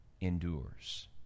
endures